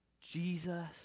Jesus